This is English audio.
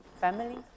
family